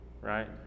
right